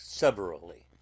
severally